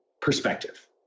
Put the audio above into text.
perspective